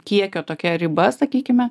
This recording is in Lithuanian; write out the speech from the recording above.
kiekio tokia riba sakykime